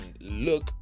look